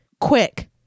quick